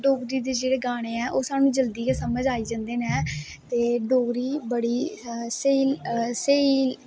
डोगरी दे जेह्ड़े गाने ऐ ओह् स्हानू जल्दी गै समझ आई जंदे ऐं ते डोगरी बड़ी स्हेई